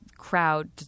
Crowd